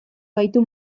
gaitu